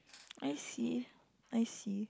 I see I see